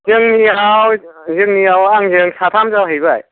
जोंनिआव जोंनिआव आंजों साथाम जाहैबाय